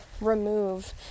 remove